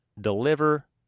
deliver